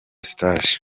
stage